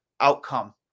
outcome